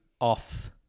off